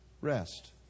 rest